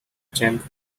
champ